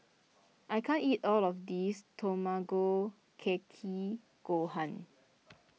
I can't eat all of this Tamago Kake Gohan